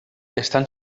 estan